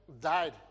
died